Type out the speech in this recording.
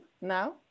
now